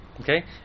Okay